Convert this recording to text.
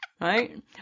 right